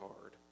hard